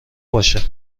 باشه